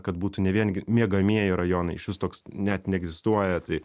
kad būtų ne vien miegamieji rajonai išvis toks net neegzistuoja tai